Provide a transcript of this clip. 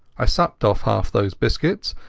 i supped off half those biscuits,